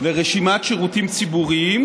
לרשימת שירותים ציבוריים,